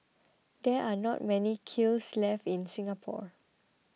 there are not many kilns left in Singapore